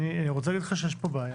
אני רוצה להגיד לך שיש פה בעיה.